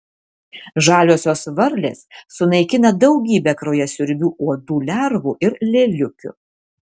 žaliosios varlės sunaikina daugybę kraujasiurbių uodų lervų ir lėliukių